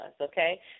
okay